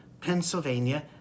Pennsylvania